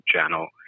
channel